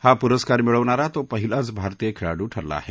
हा पुरस्कार मिळवणारा तो पहिलाच भारतीय खेळाडू ठरला आहे